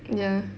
ya